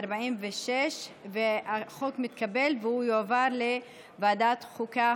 46. החוק התקבל ויועבר לוועדת החוקה,